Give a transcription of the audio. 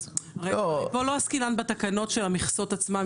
פה לא עסקינן בתקנות של המכסות עצמן,